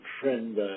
friend